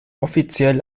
offiziell